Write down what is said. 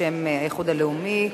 בשם האיחוד הלאומי.